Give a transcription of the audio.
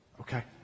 okay